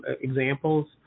examples